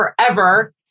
forever